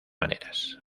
maneras